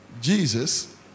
Jesus